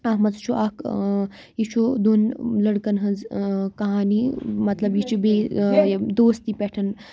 اَتھ منٛز چھُ اَکھ ٲں یہِ چھُ دۄن لٔڑکَن ہٕنٛز ٲں کہانِی مَظلَب یہِ چھِ بیٚیہِ ٲں دوستِی پؠٹھ